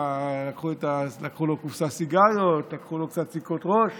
לקחו לו קופסת סיגריות, לקחו לו קצת סיכות ראש